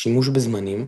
שימוש בזמנים,